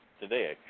today